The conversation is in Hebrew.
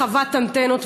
מדובר בחוות אנטנות,